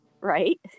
Right